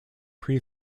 pre